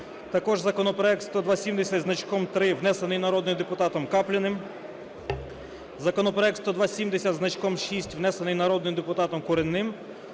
Також законопроект 10270-3, внесений народним депутатом Капліним. Законопроект 10270-6, внесений народним депутатом Куренним;